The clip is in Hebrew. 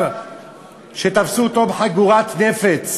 שתפסו אותו עם חגורת נפץ